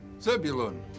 Zebulun